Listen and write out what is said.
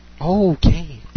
Okay